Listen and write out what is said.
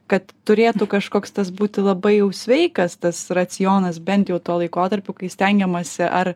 kad turėtų kažkoks tas būti labai jau sveikas tas racionas bent jau tuo laikotarpiu kai stengiamasi ar